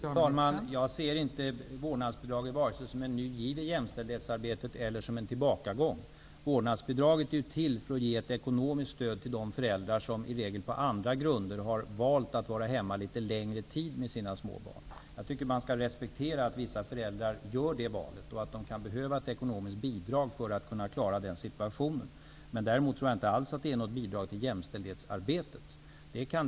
Fru talman! Jag ser inte vårdnadsbidraget vare sig som en ny giv i jämställdhetsarbetet eller som en tillbakagång. Vårdnadsbidraget är ju tänkt som ett ekonomiskt stöd till de föräldrar som, i regel, på andra grunder har valt att vara hemma litet längre med sina små barn. Jag tycker att man skall respektera att vissa föräldrar gör det valet och att de kan behöva ett ekonomiskt bidrag för att kunna klara den situationen. Jag tror inte alls att det är fråga om något bidrag till jämställdhetsarbetet.